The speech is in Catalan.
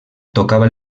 tocava